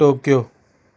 Tokyo